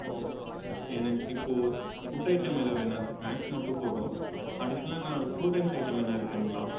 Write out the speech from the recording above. ஓ எனக்கு இப்போது food item எதுவும் வேணாம் சார் ஸ்நேக்ஸ் மட்டும் போதும் அடிஷ்னலாக நான் கூல் ட்ரிங்ஸ் ஐட்டம் எதனா இருக்குங்களா